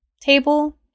table